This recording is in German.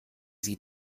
sie